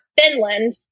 Finland